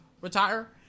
retire